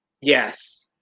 Yes